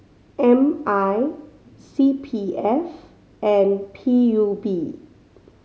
M I C P F and P U B